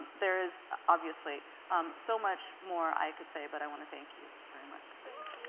there is obviously so much more i could say but i want to thank you very much. thank